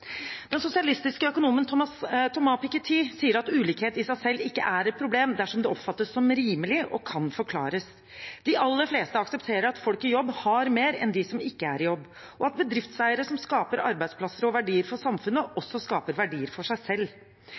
Den sosialistiske økonomen Thomas Piketty sier at ulikhet i seg selv ikke er et problem dersom den oppfattes som rimelig og kan forklares. De aller fleste aksepterer at folk i jobb har mer enn dem som ikke er i jobb, og at bedriftseiere som skaper arbeidsplasser og verdier for samfunnet, også skaper verdier for seg selv.